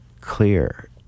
clear